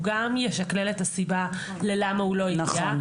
הוא גם ישכלל את הסיבה ללמה הוא לא הגיע,